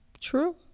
True